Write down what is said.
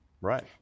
Right